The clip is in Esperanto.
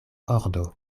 ordo